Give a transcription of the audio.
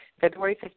February